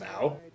now